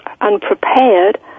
unprepared